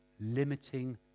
limiting